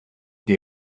they